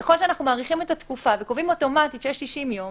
ככל שאנחנו מאריכים את התקופה וקובעים אוטומטית שיש 60 יום,